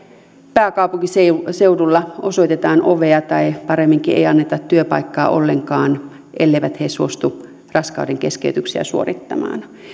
pääkaupunkiseudulla osoitetaan ovea tai paremminkin ei anneta työpaikkaa ollenkaan elleivät he suostu raskaudenkeskeytyksiä suorittamaan